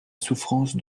souffrance